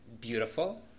beautiful